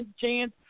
chance